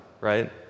right